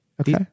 Okay